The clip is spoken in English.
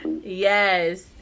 Yes